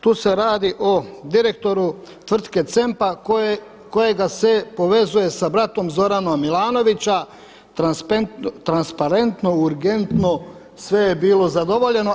Tu se radi o direktoru tvrtke CEMP-a kojega se povezuje sa bratom Zorana Milanovića, transparentno, urgentno, sve je bilo zadovoljeno.